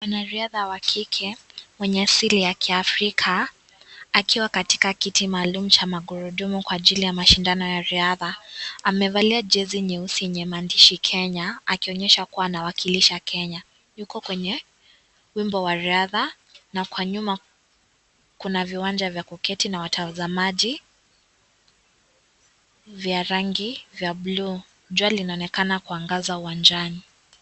Mwanariadha wa kike mwenye asili ya kiafrika akiwa katika kiti maalum cha magurudumu kwa ajili ya mashindano ya riadha, amevalia jezi nyeusi lenye maandishi Kenya akionyesha kuwa anawakilisha Kenya, yuko kwenye wimbo wa riadha na Kwa nyuma kuna viwanja vya kuketi na watazamaji vya rangi vya bluu. Jua linaonekana kuangaza uwanjani.